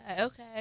okay